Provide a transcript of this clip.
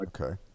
Okay